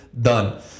done